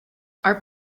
are